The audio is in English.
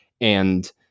And-